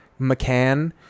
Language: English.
McCann